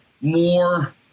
more